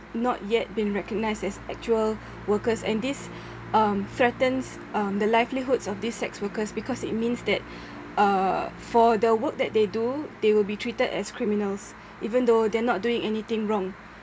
not yet been recognised as actual workers and this um threatens um the livelihoods of these sex workers because it means that uh for the work that they do they will be treated as criminals even though they're not doing anything wrong